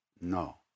No